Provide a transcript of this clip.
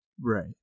right